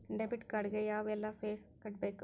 debit card ಗೆ ಯಾವ್ಎಲ್ಲಾ fees ಕಟ್ಬೇಕು